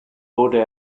wurde